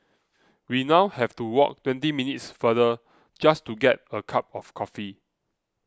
we now have to walk twenty minutes farther just to get a cup of coffee